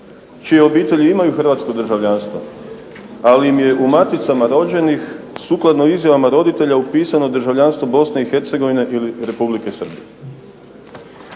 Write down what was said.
čije obitelji imaju hrvatska državljanstva, ali im je u maticama rođenim sukladno izjavama roditelja upisano državljanstvo Bosne i Hercegovine ili Republike Srpske.